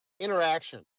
interaction